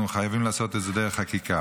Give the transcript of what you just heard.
אנחנו חייבים לעשות את זה דרך חקיקה.